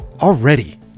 Already